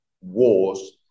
wars